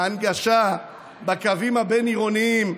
ההנגשה בקווים הבין-עירוניים,